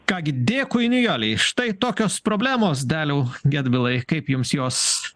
ką gi dėkui nijolei štai tokios problemos daliau gedvilai kaip jums jos